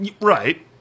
Right